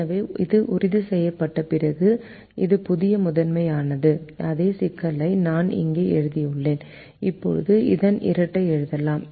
எனவே இது உறுதிசெய்யப்பட்ட பிறகு இது புதிய முதன்மையானது அதே சிக்கலை நான் இங்கே எழுதியுள்ளேன் இப்போது இதன் இரட்டை எழுதலாம்